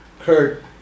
Kurt